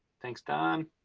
thanks don.